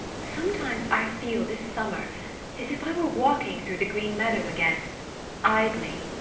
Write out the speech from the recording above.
sometimes i feel this summer as if i were walking through the green meadow again idly,